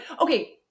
okay